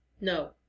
No